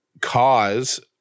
cause